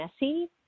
messy